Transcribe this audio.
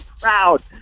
proud